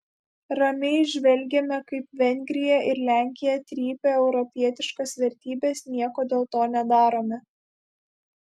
ramiai žvelgiame kaip vengrija ir lenkija trypia europietiškas vertybes nieko dėl to nedarome